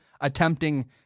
attempting